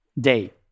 day